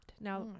Now